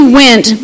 went